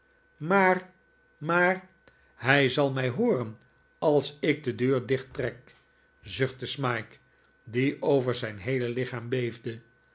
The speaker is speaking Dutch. maar maar hij zal mij hooren als ik de deur dichttrek zuchtte smike die over zijn heele lichaam beefde